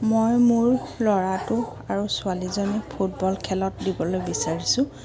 মই মোৰ ল'ৰাটো আৰু ছোৱালীজনী ফুটবল খেলত দিবলৈ বিচাৰিছোঁ